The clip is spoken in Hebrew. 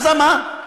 אז אמר.